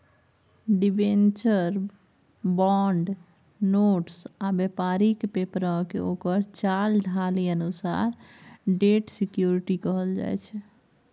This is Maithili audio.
डिबेंचर, बॉड, नोट्स आ बेपारिक पेपरकेँ ओकर चाल ढालि अनुसार डेट सिक्युरिटी कहल जाइ छै